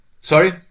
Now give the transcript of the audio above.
sorry